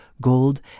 gold